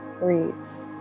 reads